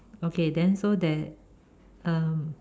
okay then so there um